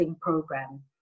program